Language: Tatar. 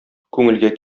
күңелгә